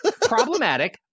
Problematic